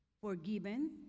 Forgiven